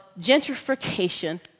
gentrification